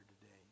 today